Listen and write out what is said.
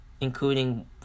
including